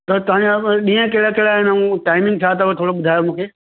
त तव्हांजा ॾींहं कहिड़ा कहिड़ा आहिनि ऐं टाइमिंग छा अथव थोरो ॿुधायो मूंखे